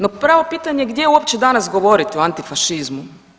No pravo pitanje gdje uopće danas govoriti o antifašizmu?